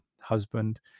husband